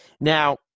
Now